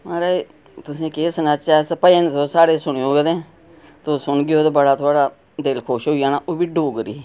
महाराज तुसेंगी केह् सनाचै अस भजन तुस साढ़े कदें सुनेओ मेरे तुस सुनगेओ ते बड़ा थुहाड़ा दिल खुश होई जाना ओह् बी डोगरी